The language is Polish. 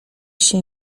się